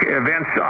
events